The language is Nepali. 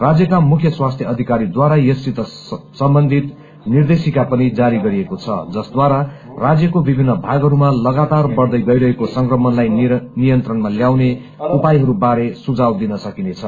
राज्यका मुख्य स्वास्थ्य अधिकारीद्वारा यससित सम्बन्धित निर्देशिका पनि जारी गरिएको छ जसद्वारा राज्यको विभिन्न भागहरूमा लगातार बढ़दै गइरहेको संक्रमणलाई नियन्त्रणमा ल्याउने उपायहरू बारे सुझाव दिन सकिनेछ